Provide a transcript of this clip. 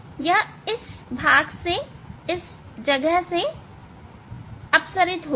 यह इस भाग से अपसरित होगी